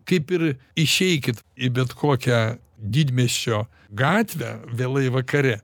kaip ir išeikit į bet kokią didmiesčio gatvę vėlai vakare